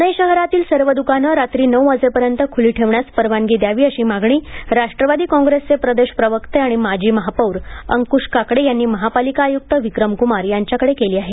प्णे शहरातील सर्व दुकानं रात्री नऊ वाजेपर्यंत ख्ली ठेवण्यास परवानगी द्यावी अशी मागणी राष्ट्रवादी काँग्रेसचे प्रदेश प्रवक्ते आणि माजी महापौर अंक्श काकडे यांनी महापालिका आय्क्त विक्रमक्मार यांच्याकडे केली आहे